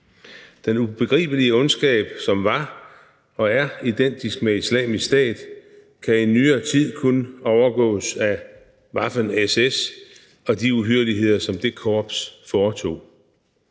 Den ubegribelige ondskab, som var og er identisk med Islamisk Stat, kan i nyere tid kun overgås af Waffen-SS og de uhyrligheder, som det korps foretog.